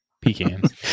Pecans